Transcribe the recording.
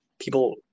people